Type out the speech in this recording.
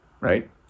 right